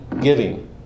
giving